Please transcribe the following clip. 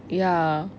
ya